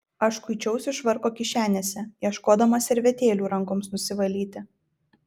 aš kuičiausi švarko kišenėse ieškodamas servetėlių rankoms nusivalyti